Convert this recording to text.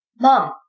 Mom